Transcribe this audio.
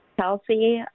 Kelsey